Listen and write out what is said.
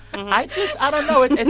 and i just i don't know. it's and